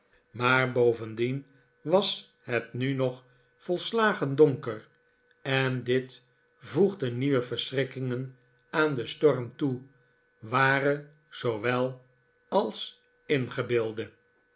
maar bovendien was het nu nog volslagen donker en dit voegde nieuwe verschrikkingen aan den storm toe ware zoowel als ingebeelde